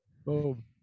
Boom